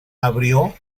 abrió